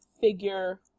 figure